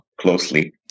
closely